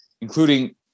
including